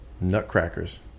Nutcrackers